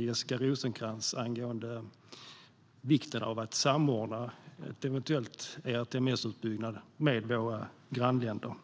Jessica Rosencrantz, pratade om angående vikten av att samordna en eventuell ERTMS-utbyggnad med våra grannländer.